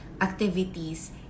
activities